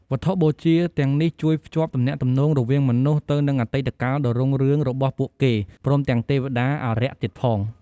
វត្ថុបូជាទាំងនេះជួយភ្ជាប់ទំនាក់ទំនងរវាងមនុស្សទៅ នឹងអតីតកាលដ៏រុងរឿងរបស់ពួកគេ ព្រមទាំងទេវតា អារក្សទៀតផង។